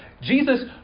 Jesus